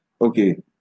okay